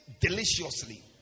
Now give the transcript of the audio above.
deliciously